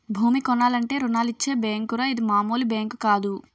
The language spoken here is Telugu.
భూమి కొనాలంటే రుణాలిచ్చే బేంకురా ఇది మాములు బేంకు కాదు